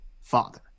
Father